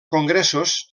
congressos